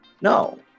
No